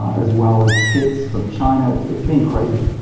as well as kits from china. it's it's been crazy